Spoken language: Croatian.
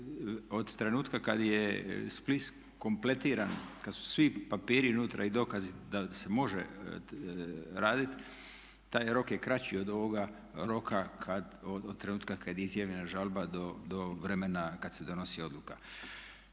od trenutka kad je spis kompletiran, kad su svi papiri unutra i dokazi da se može raditi taj rok je kraći od ovoga roka od trenutka kad je izjavljena žalba do vremena kad se donosi odluka.